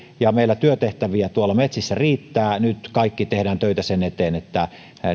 ja meillä työtehtäviä metsissä riittää nyt kaikki tehdään töitä sen eteen että